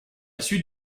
suite